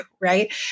right